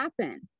happen